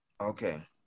Okay